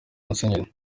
musenyeri